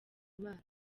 imana